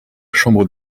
chambre